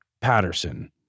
Patterson